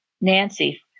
Nancy